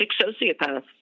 sociopath